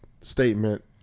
statement